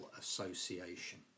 Association